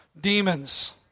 demons